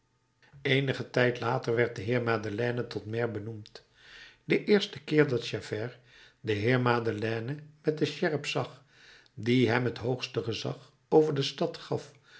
eenigen tijd later werd de heer madeleine tot maire benoemd den eersten keer dat javert den heer madeleine met de sjerp zag die hem het hoogste gezag over de stad gaf